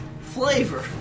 Flavor